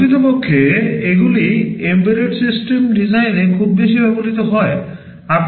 প্রকৃতপক্ষে এগুলি embedded system ডিজাইনে খুব বেশি ব্যবহৃত হয়